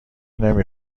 نمی